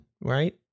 right